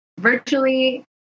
virtually